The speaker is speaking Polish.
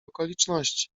okoliczności